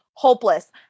Hopeless